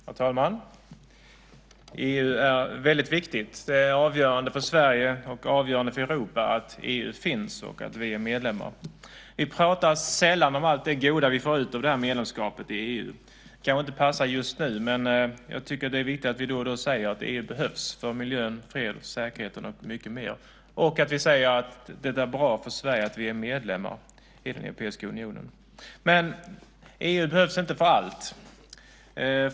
Herr talman! EU är väldigt viktigt. Det är avgörande för Sverige och för Europa att EU finns och att vi är medlemmar. Vi pratar sällan om allt det goda vi får ut av medlemskapet i EU. Det kanske inte passar just nu, men jag tycker att det är viktigt att vi då och då säger att EU behövs för miljön, freden, säkerheten och mer. Det är bra för Sverige att vi är medlemmar i Europeiska unionen. Men EU behövs inte för allt.